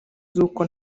z’uko